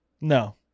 No